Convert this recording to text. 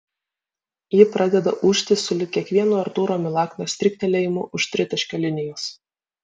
ji pradeda ūžti sulig kiekvienu artūro milaknio striktelėjimu už tritaškio linijos